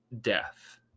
death